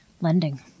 lending